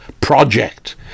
project